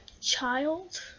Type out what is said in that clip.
child